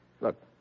Look